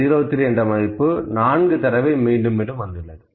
03 என்ற மதிப்பு 4 தடவை மீண்டும் மீண்டும் வந்துள்ளது